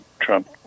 Trump